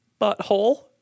Butthole